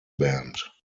band